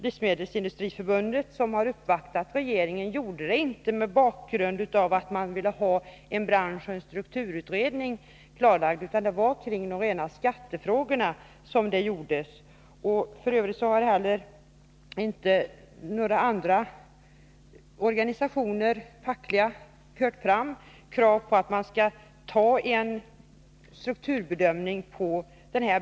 Livsmedelsindustriförbundet Onsdagen den som uppvaktade regeringen gjorde inte detta för att få en branschoch 10 november 1982 strukturutredning utan med anledning av rena skattefrågor. F. ö. har inte några fackliga organisationer fört fram krav på att man skall göra en Meddelande om strukturbedömning av branschen.